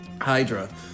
Hydra